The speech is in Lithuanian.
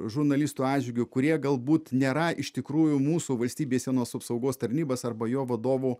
žurnalistų atžvilgiu kurie galbūt nėra iš tikrųjų mūsų valstybės sienos apsaugos tarnybos arba jo vadovų